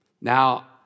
Now